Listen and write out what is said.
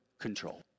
control